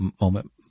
moment